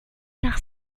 nach